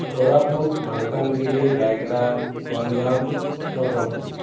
Koraput Malkangiri Rayagada Ganjam Nabarangpur